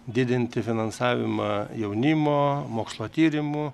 didinti finansavimą jaunimo mokslo tyrimų